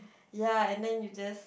ya and then you just